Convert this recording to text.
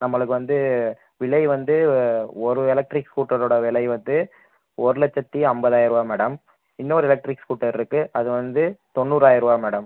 நம்மளுக்கு வந்து விலை வந்து ஒரு எலெக்ட்ரிக் ஸ்கூட்டரோடய விலை வந்து ஒரு லட்சத்தி ஐம்பதாயிர்ருவா மேடம் இன்னொரு எலெக்ட்ரிக் ஸ்கூட்டர் இருக்குது அது வந்து தொண்ணூறாயிர்ரூபா மேடம்